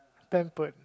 pampered